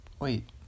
Wait